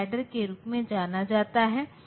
इसलिए यह 5 2 पक्षों से रद्द हो जाता है